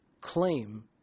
claim